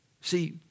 See